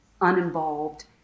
uninvolved